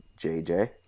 JJ